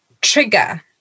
trigger